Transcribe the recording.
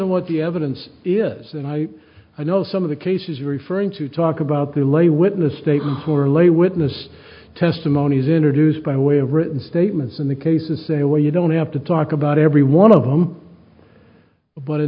on what the evidence is and i know some of the cases referring to talk about their lay witness statements or lay witness testimony is introduced by way of written statements in the case and say well you don't have to talk about every one of them but in